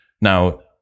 Now